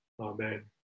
Amen